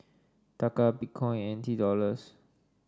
Taka Bitcoin and N T Dollars